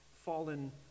fallen